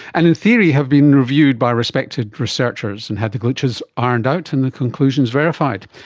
and in theory have been reviewed by respected researchers and had the glitches ironed out and the conclusions verified.